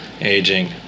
aging